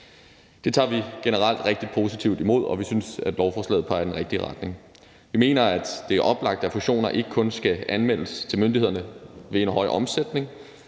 Det tager vi generelt rigtig positivt imod, og vi synes, at lovforslaget peger i den rigtige retning. Vi mener, at det er oplagt, at fusioner ikke kun skal anmeldes til myndighederne ved en høj omsætning.